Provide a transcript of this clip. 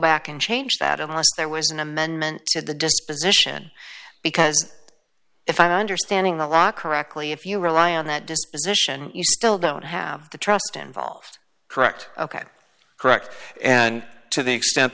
back and change that unless there was an amendment to the disposition because if i'm understanding the law correctly if you rely on that disposition you still don't have the trust involved correct ok correct and to the extent